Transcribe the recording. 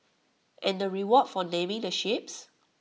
and the reward for naming the ships